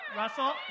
russell